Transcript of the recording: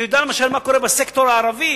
אני יודע למשל מה קורה בסקטור הערבי.